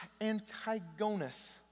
Antigonus